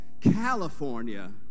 California